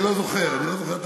אני לא זוכר את המקום.